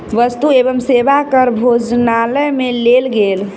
वस्तु एवं सेवा कर भोजनालय में लेल गेल